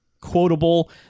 quotable